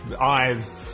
eyes